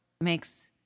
makes